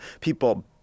people